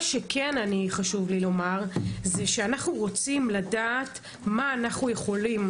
מה שכן חשוב לי לומר זה שאנחנו רוצים לדעת מה אנחנו יכולים